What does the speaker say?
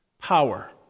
Power